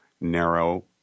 narrow